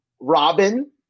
Robin